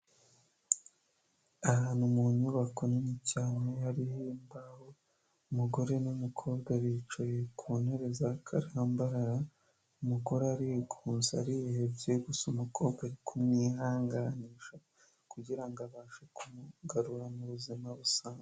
Ahantu mu nyubako nini cyane hariho imbaho umugore n'umukobwa bicaye ku ntebe za karambarara umugore ari ngunze arihebye gusa umukobwa kumwihanganisha kugira ngo abashe kumugarura mu buzima busanzwe.